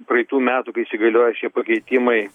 praeitų metų kai įsigaliojo šie pakeitimai